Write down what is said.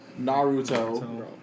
Naruto